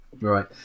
Right